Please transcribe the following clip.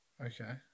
Okay